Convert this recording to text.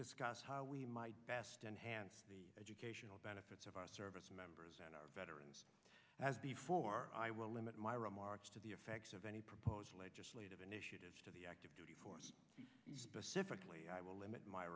discuss how we might enhance the educational benefits of our service members and our veterans as before i will limit my remarks to the effects of any proposed legislative initiatives to the active duty force specifically i will limit my